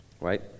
Right